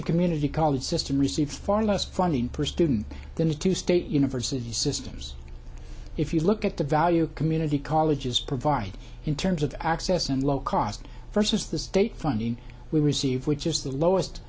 to community college system receive far less funding per student than the two state university systems if you look at the value community colleges provide in terms of access and low cost versus the state funding we receive which is the lowest